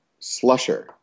Slusher